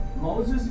Moses